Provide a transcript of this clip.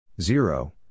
zero